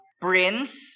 Prince